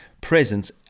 presence